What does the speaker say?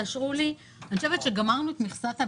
אני חושבת שגמרנו את מכסת ה"בינתיים".